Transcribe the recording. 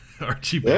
Archie